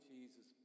Jesus